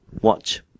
watch